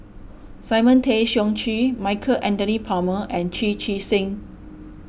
Simon Tay Seong Chee Michael Anthony Palmer and Chu Chee Seng